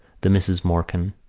the misses morkan,